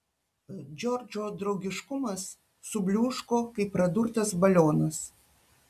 džordžo draugiškumas subliūško kaip pradurtas balionas